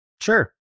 Sure